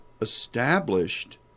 established